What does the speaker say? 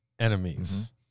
Enemies